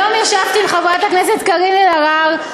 היום ישבתי עם חברת הכנסת קארין אלהרר,